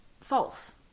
false